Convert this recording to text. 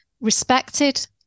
respected